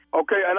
okay